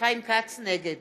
נגד